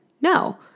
No